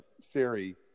Siri